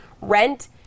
rent